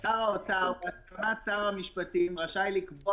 אני אחזור: שר האוצר בהסכמת שר המשפטים רשאי לקבוע